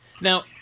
Now